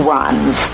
ones